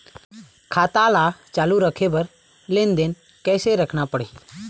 खाता ला चालू रखे बर लेनदेन कैसे रखना पड़ही?